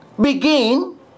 begin